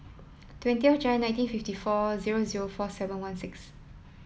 twenty Jan nineteen fifty four zero zero four seven one six